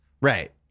right